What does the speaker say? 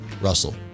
Russell